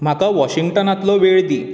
म्हाका वॉशिंगटनांतलो वेळ दी